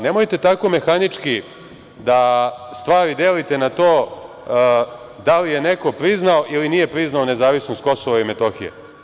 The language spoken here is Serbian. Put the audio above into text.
Nemojte tako mehanički da stvari delite na to da li je neko priznao ili nije priznao nezavisnost Kosova i Metohije.